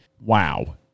Wow